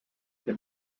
can